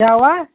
کیا ہوا